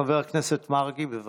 חבר הכנסת מרגי, בבקשה.